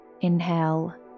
inhale